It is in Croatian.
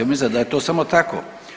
Mislite da je to samo tako.